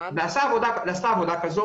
נעשתה עבודה כזאת,